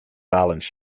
balance